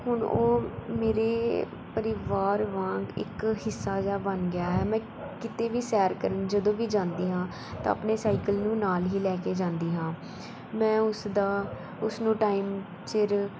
ਹੁਣ ਉਹ ਮੇਰੇ ਪਰਿਵਾਰ ਵਾਂਗ ਇੱਕ ਹਿੱਸਾ ਜਿਹਾ ਬਣ ਗਿਆ ਹੈ ਮੈਂ ਕਿਤੇ ਵੀ ਸੈਰ ਕਰਨ ਜਦੋਂ ਵੀ ਜਾਂਦੀ ਹਾਂ ਤਾਂ ਆਪਣੇ ਸਾਈਕਲ ਨੂੰ ਨਾਲ ਹੀ ਲੈ ਕੇ ਜਾਂਦੀ ਹਾਂ ਮੈਂ ਉਸ ਦਾ ਉਸ ਨੂੰ ਟਾਈਮ ਸਿਰ